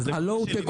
הלואו-טק,